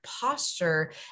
posture